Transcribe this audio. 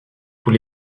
tous